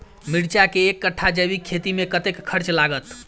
मिर्चा केँ एक कट्ठा जैविक खेती मे कतेक खर्च लागत?